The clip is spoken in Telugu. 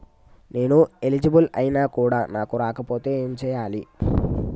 నేను ఎలిజిబుల్ ఐనా కూడా నాకు రాకపోతే ఏం చేయాలి?